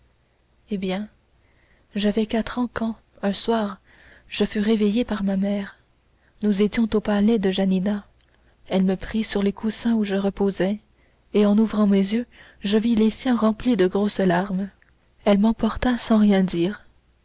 eh bien j'avais quatre ans quand un soir je fus réveillée par ma mère nous étions au palais de janina elle me prit sur les coussins où je reposais et en ouvrant mes yeux je vis les siens remplis de grosses larmes elle m'emporta sans rien dire